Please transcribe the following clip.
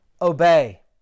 obey